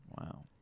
Wow